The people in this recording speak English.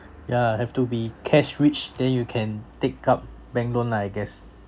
ya have to be cash rich then you can take up bank loan lah I guess